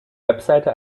website